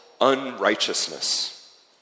unrighteousness